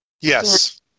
Yes